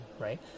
right